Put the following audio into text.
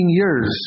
years